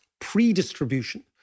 pre-distribution